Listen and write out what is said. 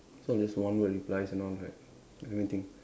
so it's just one word replies and all right let me think